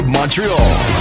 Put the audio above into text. Montreal